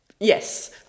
Yes